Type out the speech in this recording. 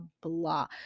blah